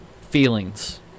feelings